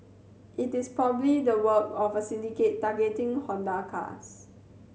it is probably the work of a syndicate targeting Honda cars